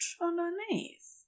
underneath